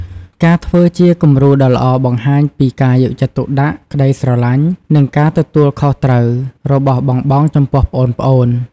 ការធ្វើជាគំរូដ៏ល្អបង្ហាញពី ការយកចិត្តទុកដាក់ ក្ដីស្រឡាញ់ និងការទទួលខុសត្រូវ របស់បងៗចំពោះប្អូនៗ ។